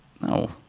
No